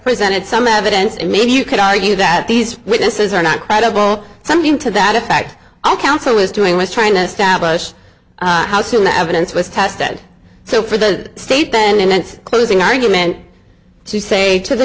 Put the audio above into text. presented some evidence and maybe you could argue that these witnesses are not credible something to that effect all counsel was doing was trying to establish how soon the evidence was tested so for the state then in its closing argument to say to the